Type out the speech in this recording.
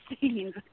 scenes